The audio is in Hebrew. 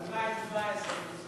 ב-2017 נשלם